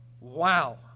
Wow